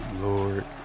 Lord